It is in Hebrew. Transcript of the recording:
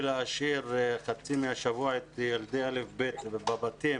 להשאיר חצי מהשבוע את ילדי א'-ב' בבתים